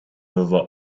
over